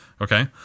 Okay